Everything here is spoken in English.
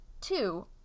two